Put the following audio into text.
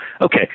Okay